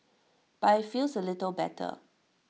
but IT feels A little better